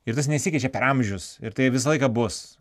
ir tas nesikeičia per amžius ir tai visą laiką bus